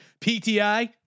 PTI